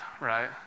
right